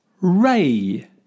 ray